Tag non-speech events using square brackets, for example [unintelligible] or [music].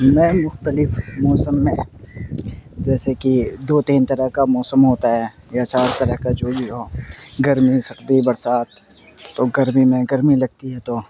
میں مختلف موسم میں جیسے کہ دو تین طرح کا موسم ہوتا ہے یا چار طرح کا جو [unintelligible] ہو گرمی سگدی برسات تو گرمی میں گرمی لگتی ہے تو